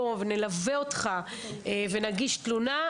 בוא נלווה אותך ונגיש תלונה,